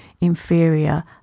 inferior